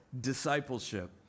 discipleship